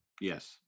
yes